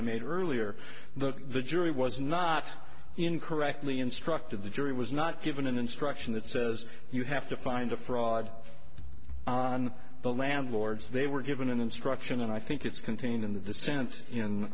i made earlier the jury was not in correctly instructed the jury was not given an instruction that says you have to find a fraud on the landlords they were given an instruction and i think it's contained in the